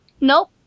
Nope